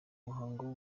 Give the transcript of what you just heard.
muhango